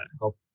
help